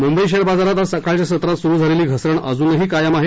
Mumbai share बाजारात आज सकाळच्या सत्रात सुरु झालेली घसरण अजूनही कायम आहे